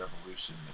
Revolution